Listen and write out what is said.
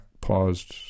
paused